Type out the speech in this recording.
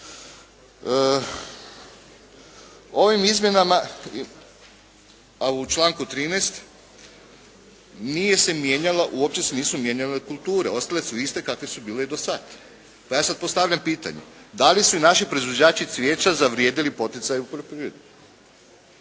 Ovim izmjenama, a u članku 13. nije se mijenjalo, uopće se nisu mijenjale kulture, ostale su iste kakve su bile i do sada. Pa ja sada postavljam pitanje, da li su naši proizvođači cvijeća zavrijedili poticaj u